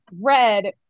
Red